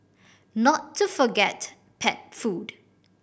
not to forget pet food